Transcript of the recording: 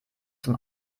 zum